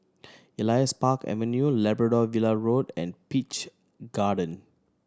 Elias Park Avenue Labrador Villa Road and Peach Garden